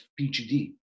PGD